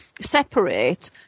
separate